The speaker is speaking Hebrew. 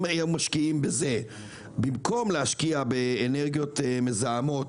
אם היו משקיעים בזה במקום להשקיע באנרגיות מזהמות,